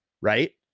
right